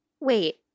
Wait